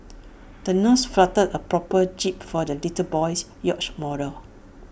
the nurse folded A proper jib for the little boy's yacht model